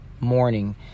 morning